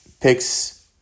picks